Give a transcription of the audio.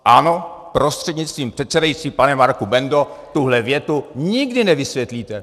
Ano, prostřednictvím předsedajícího pane Marku Bendo, tuhle větu nikdy nevysvětlíte!